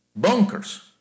bonkers